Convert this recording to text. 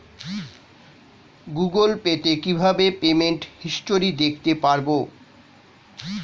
Google Pay তে কিভাবে payment history দেখতে পারবো?